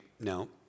no